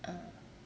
ah